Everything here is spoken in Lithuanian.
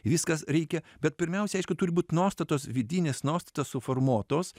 viskas reikia bet pirmiausia aišku turi būt nuostatos vidinės nuostatos suformuotos